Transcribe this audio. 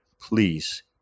Please